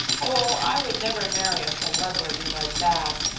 oh, i would never marry a celebrity like that.